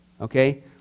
Okay